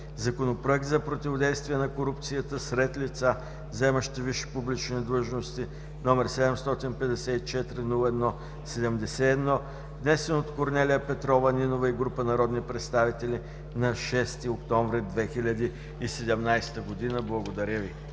Законопроект за противодействие на корупцията сред лица, заемащи висши публични длъжности, № 754 01-71, внесен от Корнелия Петрова Нинова и група народни представители на 6 октомври 2017 г. Благодаря Ви.